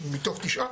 מתוך תשעה.